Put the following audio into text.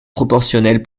proportionnel